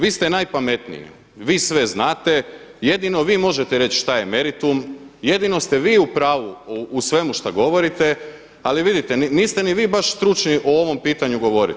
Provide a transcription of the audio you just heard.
Vi ste najpametniji, vi sve znate, jedino vi možete reći šta je meritum, jedino ste vi u pravu u svemu šta govorite, ali vidite niste ni vi baš stručni o ovom pitanju govoriti.